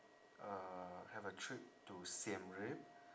uh have a trip to siem reap